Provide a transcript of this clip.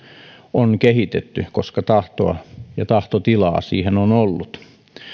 on kehitetty koska tahtoa ja tahtotilaa siihen on ollut